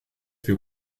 wir